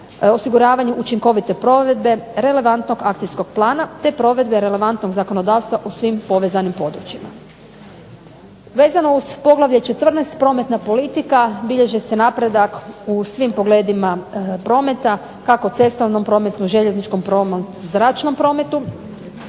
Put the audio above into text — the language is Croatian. osiguravanju učinkovite provedbe, relevantnog akcijskog plana te provedbe relevantnog zakonodavstva u svim povezanim područjima. Vezano uz Poglavlje 14. – Prometna politika bilježi se napredak u svim pogledima prometa, kako u cestovnom prometu, željezničkom prometu, zračnom prometu.